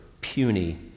puny